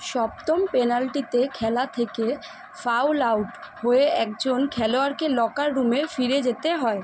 সপ্তম পেনাল্টিতে খেলা থেকে ফাউল আউট হয়ে একজন খেলোয়াড়কে লকার রুমে ফিরে যেতে হয়